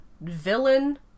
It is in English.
villain